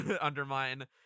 undermine